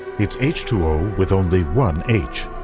it's h two o, with only one h,